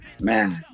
man